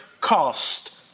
cost